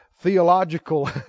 theological